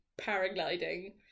paragliding